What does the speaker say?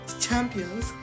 champions